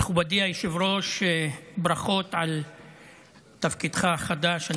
מכובדי היושב-ראש, ברכות על תפקידך החדש.